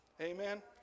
Amen